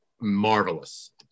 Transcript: marvelous